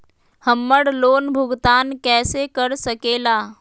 हम्मर लोन भुगतान कैसे कर सके ला?